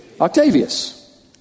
Octavius